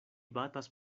batas